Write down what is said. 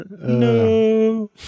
No